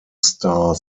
star